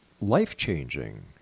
life-changing